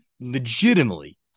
legitimately